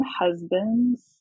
Husbands